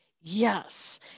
Yes